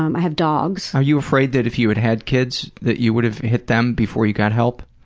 um i have dogs. are you afraid that if you had had kids that you would have hit them before you got help?